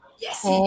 yes